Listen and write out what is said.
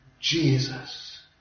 Jesus